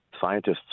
scientists